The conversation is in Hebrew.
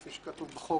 כפי שכתוב בחוק,